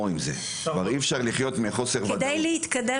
אי אפשר לחיות עם חוסר הוודאות.